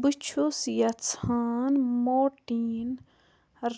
بہٕ چھُس یژھان مورٹیٖن